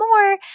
more